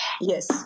Yes